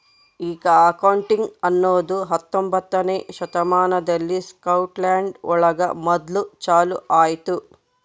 ಈ ಅಕೌಂಟಿಂಗ್ ಅನ್ನೋದು ಹತ್ತೊಂಬೊತ್ನೆ ಶತಮಾನದಲ್ಲಿ ಸ್ಕಾಟ್ಲ್ಯಾಂಡ್ ಒಳಗ ಮೊದ್ಲು ಚಾಲೂ ಆಯ್ತು